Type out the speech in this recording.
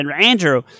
Andrew